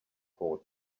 taught